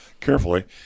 carefully